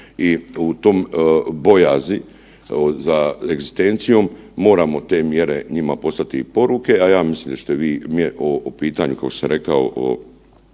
i u tom bojazi za egzistencijom moramo te mjere njima poslati i poruke, a ja mislim da ćete vi o pitanju kao što sam rekao